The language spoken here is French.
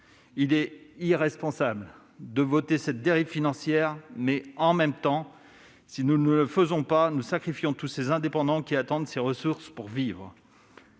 Il est irresponsable de voter cette dérive financière ; en même temps, si nous ne le faisons pas, nous sacrifions tous les indépendants qui attendent ces ressources pour vivre